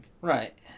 Right